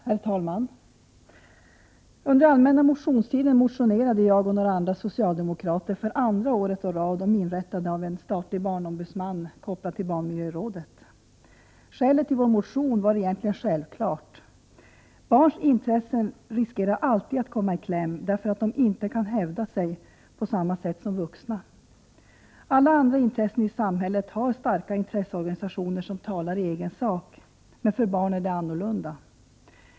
Herr talman! Under allmänna motionstiden motionerade jag och några andra socialdemokrater för andra året i rad om inrättandet av en statlig barnombudsman kopplad till barnmiljörådet. Skälet till vår motion var egentligen självklart. Det finns ju alltid en risk för att barns intressen kommer i kläm, därför att barn inte kan hävda sig på samma sätt som vuxna. Alla andra intressen i samhället har starka intresseorganisationer som talar i egen sak. Men för barn är det annorlunda.